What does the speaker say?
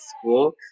school